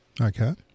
Okay